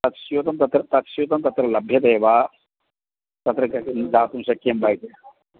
तत्स्यूतं तत्र तत्स्यूतं तत्र लभ्यते वा तत्र क किं दातुं शक्यं वा इति